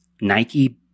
Nike